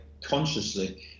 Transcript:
consciously